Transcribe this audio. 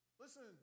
Listen